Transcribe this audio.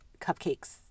cupcakes